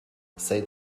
seit